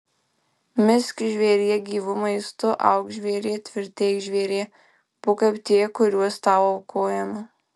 misk žvėrie gyvu maistu auk žvėrie tvirtėk žvėrie būk kaip tie kuriuos tau aukojame